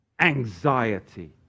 anxiety